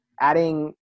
adding